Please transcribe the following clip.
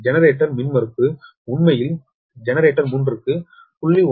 generator மின்மறுப்பு உண்மையில் generator 3 க்கு 𝟎